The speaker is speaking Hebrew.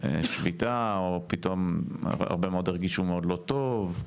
או פתאום הרבה מאוד הרגישו לא טוב.